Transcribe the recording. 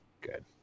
Good